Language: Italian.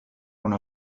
una